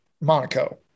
Monaco